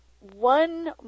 One